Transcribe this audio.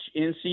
NC